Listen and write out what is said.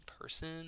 person